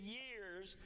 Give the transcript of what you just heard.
years